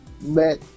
met